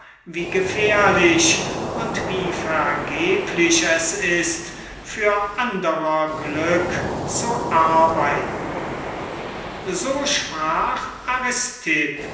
wie gefährlich und insgemein wie vergeblich es ist für andrer glück zu arbeiten so sprach